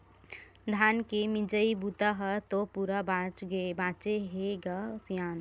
धान के मिजई बूता ह तो पूरा बाचे हे ग सियान